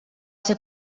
ser